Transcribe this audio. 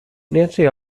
nancy